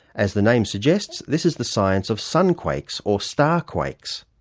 as the name suggests, this is the science of sunquakes or starquakes.